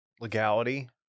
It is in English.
legality